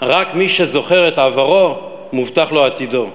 רק מי שזוכר את עברו מובטח לו עתידו.